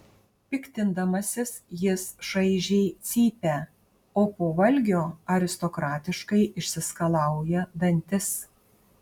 piktindamasis jis šaižiai cypia o po valgio aristokratiškai išsiskalauja dantis